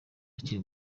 akiri